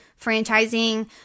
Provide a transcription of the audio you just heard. franchising